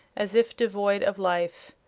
as if devoid of life.